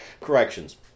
corrections